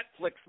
Netflix